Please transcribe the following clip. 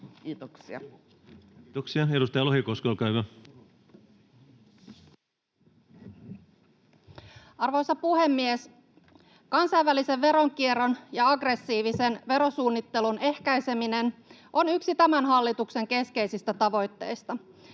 Arvoisa puhemies! Kansainvälisen veronkierron ja aggressiivisen verosuunnittelun ehkäiseminen on yksi tämän hallituksen keskeisistä tavoitteista.